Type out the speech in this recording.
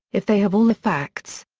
if they have all the facts.